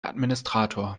administrator